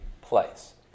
place